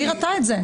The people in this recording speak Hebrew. תעיר את זה אתה.